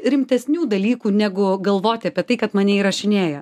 rimtesnių dalykų negu galvoti apie tai kad mane įrašinėja